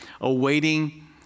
awaiting